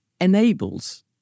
enables